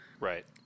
Right